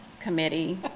committee